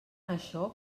això